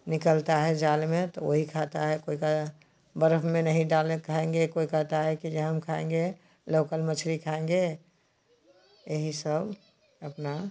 निकलती है जाल में तो वही खाता है कोई कह बरफ़ में नहीं डाल खाएँगे कोई कहता है जो हम खाएँगे लोकल मछ्ली खाएँगे यही सब अपना